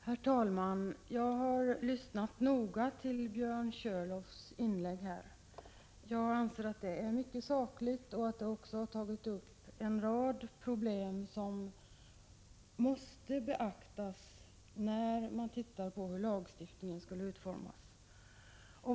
Herr talman! Jag har lyssnat noga till Björn Körlofs inlägg. Jag anser att det är mycket sakligt och att det har tagit upp en rad problem som måste beaktas när man tittar på hur lagstiftningen skall utformas.